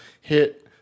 hit